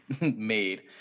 made